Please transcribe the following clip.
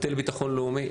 מטה לביטחון לאומי,